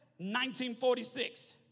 1946